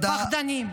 פחדנים.